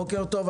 בוקר טוב.